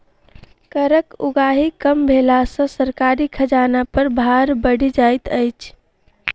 करक उगाही कम भेला सॅ सरकारी खजाना पर भार बढ़ि जाइत छै